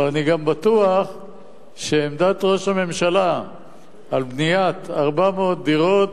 אבל אני גם בטוח שעמדת ראש הממשלה על בניית 400 דירות